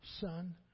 Son